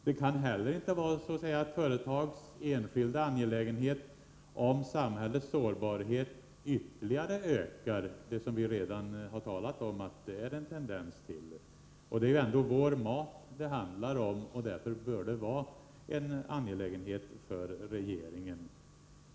Det kan inte heller vara ett företags enskilda angelägenhet om samhällets sårbarhet ytterligare ökar — vi har ju redan talat om att det är en tendens till ökad sårbarhet. Det är ändå vår mat som det handlar om. Därför bör det vara en angelägenhet för regeringen.